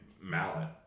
mallet